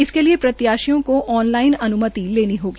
इसके लिये प्रत्याशियों को आन लाइन अन्मति लेनी होगी